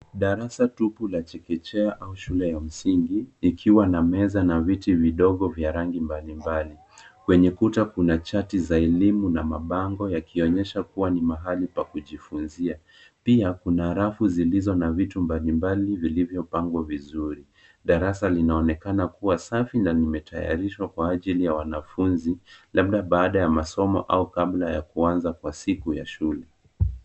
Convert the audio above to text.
Darasa tupu la chekechea au shule ya msingi ikiwa na meza na viti vidogo vya rangi mbalimbali. Kwenye kuta kuna chati za elimu na mabango yakionyesha kuwa ni mahali pa kujifunzia. Pia kuna rafu zilizo na vitu mbalimbali vilivyopangwa vizuri. Darasa linaonekana kuwa safi na limetayarishwa kwa ajili ya wanafunzi labda baada ya masomo au kabla ya kuanza kwa siku ya shule.